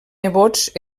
nebots